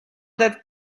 that